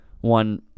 one